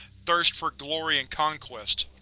thirst for glory and conquest.